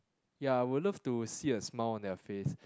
ya I would love to see a smile on their face